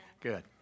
Good